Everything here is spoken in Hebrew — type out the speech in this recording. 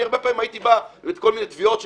אני הרבה פעמים הייתי בא בכל מיני תביעות של